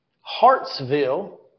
Hartsville